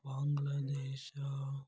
Bangladesh